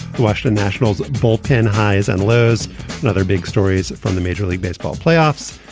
the washington nationals bullpen highs and lows and other big stories from the major league baseball playoffs.